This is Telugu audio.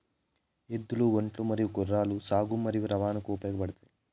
ఎద్దులు, ఒంటెలు మరియు గుర్రాలు సాగు మరియు రవాణాకు ఉపయోగపడుతాయి